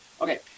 Okay